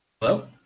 Hello